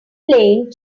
playing